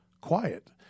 quiet